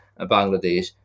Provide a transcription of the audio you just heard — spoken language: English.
Bangladesh